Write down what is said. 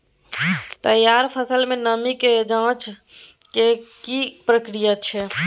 तैयार फसल में नमी के ज जॉंच के की प्रक्रिया छै?